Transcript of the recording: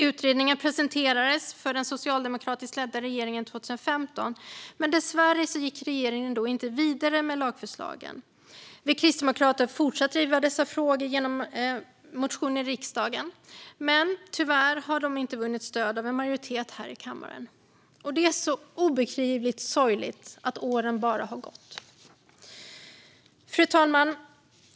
Utredningen presenterades för den socialdemokratiskt ledda regeringen 2015, men dessvärre gick regeringen inte vidare med lagförslagen. Vi kristdemokrater har fortsatt att driva dessa frågor genom motioner i riksdagen, men de har tyvärr inte vunnit stöd av en majoritet här i kammaren. Det är obeskrivligt sorgligt att åren bara har gått. Fru talman!